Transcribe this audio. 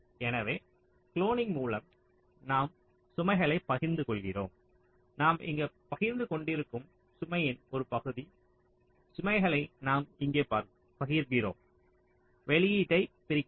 எனவே குளோனிங்கின் மூலம் நாம் சுமைகளைப் பகிர்ந்து கொள்கிறோம் நாம் இங்கு பகிர்ந்துகொண்டிருக்கும் சுமையின் ஒரு பகுதி சுமைகளை நாம் இங்கே பகிர்கிறோம் வெளியீட்டைப் பிரிக்கிறோம்